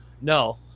No